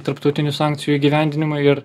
tarptautinių sankcijų įgyvendinimui ir